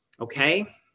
Okay